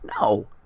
No